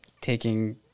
taking